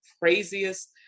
craziest